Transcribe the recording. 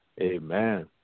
Amen